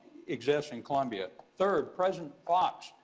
exists in columbia. third, president fox,